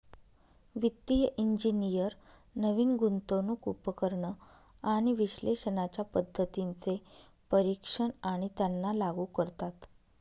वित्तिय इंजिनियर नवीन गुंतवणूक उपकरण आणि विश्लेषणाच्या पद्धतींचे परीक्षण आणि त्यांना लागू करतात